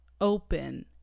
open